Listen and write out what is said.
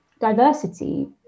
diversity